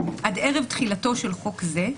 עד ערב תחילתו של חוק זה,